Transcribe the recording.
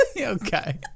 Okay